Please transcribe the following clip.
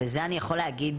וזה אני יכול להגיד,